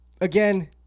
Again